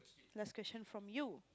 last question from you